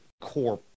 core